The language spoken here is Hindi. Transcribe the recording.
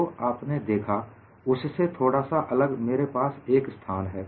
जो आपने देखा उससे थोड़ा सा अलग सा मेरे पास एक स्थान है